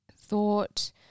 thought